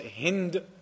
Hind